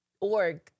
org